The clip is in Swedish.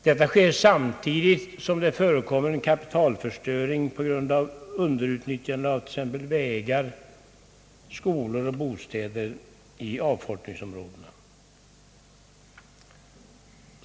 Detta sker samtidigt som det förekommer en kapitalförstöring på grund av underutnyttjande av t.ex. vägar, skolor och bostäder i avfolkningsområdena.